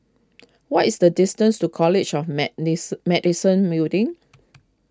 what is the distance to College of may Medicine Building